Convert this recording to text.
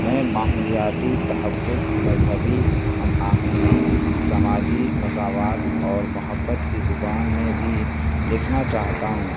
میں ماحولیاتی تحفظ مذہبی ہم آہنگی سماجی مساوات اور محبت کی زبان میں بھی لکھنا چاہتا ہوں